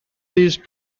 these